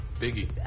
Biggie